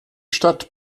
stadt